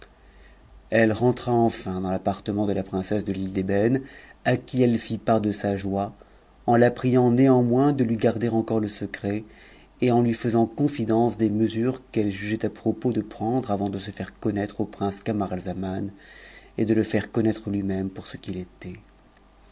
t'entra entin dans l'appartement de la princesse de t'ne d'ëhene qui elle fit part de sa joie eu la priant néanmoins de lui garder eu ore le secret et en lui faisant confidence des mesures qu'elle jugeait à mpos de prendre avant de se faire connaître au prince camaralzaman de le faire connaître lui-même pour ce qu'il était